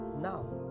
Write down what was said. Now